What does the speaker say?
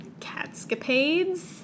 catscapades